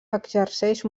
exerceix